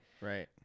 Right